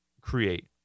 create